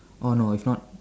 oh no it's not